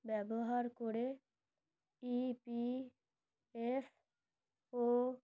ব্যবহার করে ইপিএফও